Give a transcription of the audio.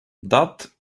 that